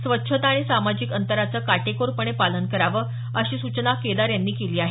स्वच्छता आणि सामाजिक अंतराचं काटेकोरपणे पालन करावं अशी सूचना केदार यांनी केली आहे